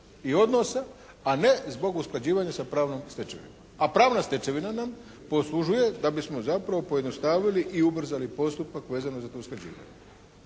i odnosa, a ne zbog usklađivanja sa pravnom stečevinom, a pravna stečevina nam poslužuje da bismo zapravo pojednostavili i ubrzali postupak vezano za to usklađivanje.